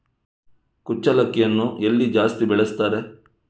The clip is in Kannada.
ಕುಚ್ಚಲಕ್ಕಿಯನ್ನು ಎಲ್ಲಿ ಜಾಸ್ತಿ ಬೆಳೆಸ್ತಾರೆ?